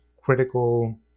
critical